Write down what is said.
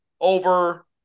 over